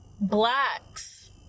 blacks